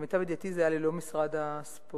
למיטב ידיעתי, זה היה ללא משרד הספורט.